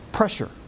Pressure